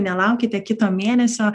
nelaukite kito mėnesio